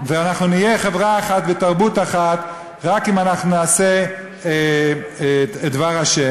ואנחנו נהיה חברה אחת ותרבות אחת רק אם אנחנו נעשה את דבר ה'.